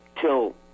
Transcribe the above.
till